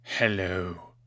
Hello